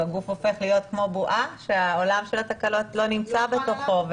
הגוף הופך להיות כמו בועה שהעולם של התקנות לא נמצא בתוכו.